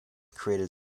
created